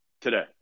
today